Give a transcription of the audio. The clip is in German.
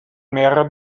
mehrere